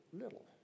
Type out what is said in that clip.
little